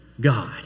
God